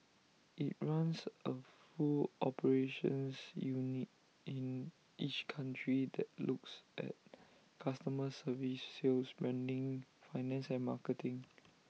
IT runs A full operations unit in each country that looks at customer service sales branding finance and marketing